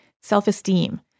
self-esteem